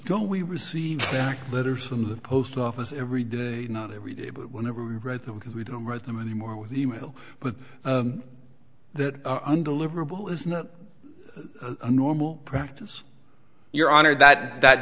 don't we receive letters from the post office every day not every day but whenever we read them because we don't write them anymore with e mail but that undeliverable is not a normal practice your honor that that